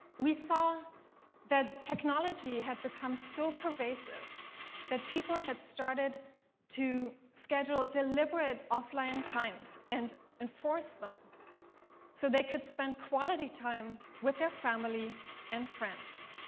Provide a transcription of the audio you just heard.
we saw that technology had become so pervasive that people had started to schedule deliberate offline times and enforce them so they could spend quality time with their family and friends.